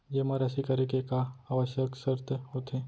जेमा राशि करे के का आवश्यक शर्त होथे?